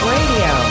Radio